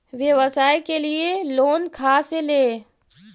व्यवसाय के लिये लोन खा से ले?